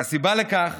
והסיבה לכך